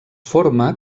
forma